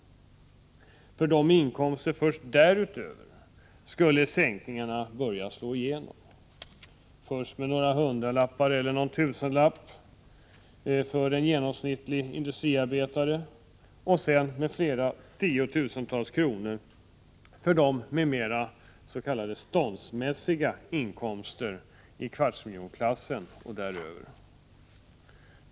För dem med inkomster därutöver skulle sänkningarna börja slå igenom. Först med några hundralappar eller någon tusenlapp för en genomsnittlig industriarbetare och sedan med tiotusentals kronor för dem med mera ”ståndsmässiga” inkomster i kvartsmiljonklassen och därutöver.